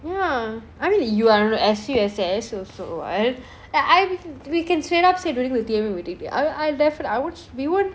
ya I mean you are in S_U_S_S so for a while I I we can straight up say during the T_M_U meeting I I'll definite~ I won't we won't